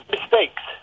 mistakes